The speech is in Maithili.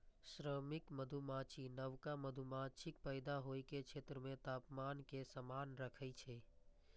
श्रमिक मधुमाछी नवका मधुमाछीक पैदा होइ के क्षेत्र मे तापमान कें समान राखै छै